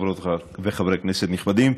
חברות וחברי כנסת נכבדים,